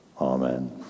Amen